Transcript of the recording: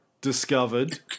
discovered